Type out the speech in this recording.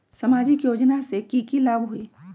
सामाजिक योजना से की की लाभ होई?